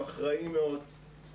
הם אחראיים מאוד,